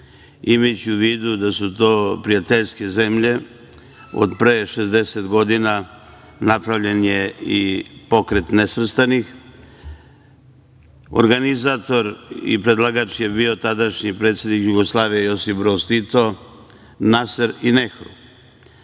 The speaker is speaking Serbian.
imajući u vidu da su to prijateljske zemlje. Od pre 60 godina napravljen je i Pokret nesvrstanih, a organizator i predlagač je bio tadašnji predsednik Jugoslavije Josip Broz Tito, Naser i Nehru.